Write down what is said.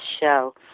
show